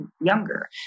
younger